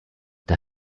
der